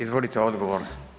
Izvolite odgovor.